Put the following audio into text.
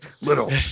little